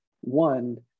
one